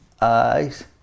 eyes